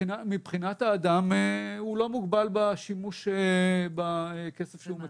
מבחינת האדם, הוא לא מוגבל בשימוש בכסף שהוא מקבל.